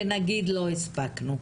ונגיד לא הספקנו.